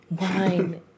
Wine